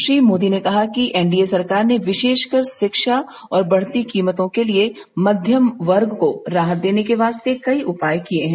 श्री मोदी ने कहा कि एनडीए सरकार ने विशेषकर शिक्षा और बढ़ती कीमतों के लिए मध्यम वर्ग को राहत देने के वास्ते कई उपाय किए हैं